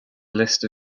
list